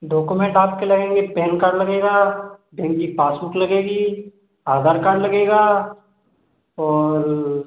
document आपके लगेंगे PAN card लगेगा बैंक की पासबुक लगेगी आधार कार्ड लगेगा और